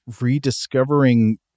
rediscovering